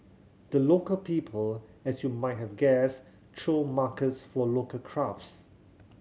the Local People as you might have guessed throw markets for local crafts